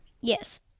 Yes